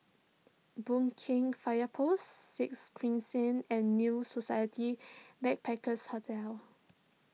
Boon Keng Fire Post Sixth Crescent and New Society Backpackers' Hotel